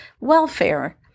welfare